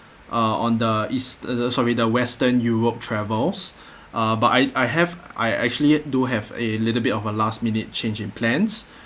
uh on the east the the sorry the western europe travels uh but I I have I actually do have a little bit of a last-minute change in plans